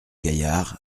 gaillard